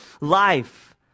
life